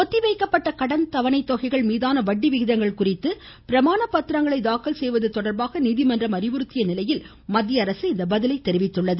ஒத்திவைக்கப்பட்ட கடன் தவணை தொகைகள் மீதான வட்டி விகிதங்கள் குறித்து பிரமாண பத்திரங்களை தாக்கல் செய்வது தொடர்பாக நீதிமன்றம் அறிவுறுத்திய நிலையில் மத்திய அரசு இந்த பதிலை அளித்துள்ளது